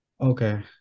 Okay